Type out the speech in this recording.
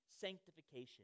sanctification